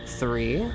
three